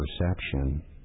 perception